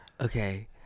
okay